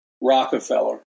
Rockefeller